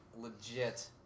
legit